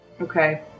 Okay